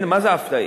מה זה אפליה?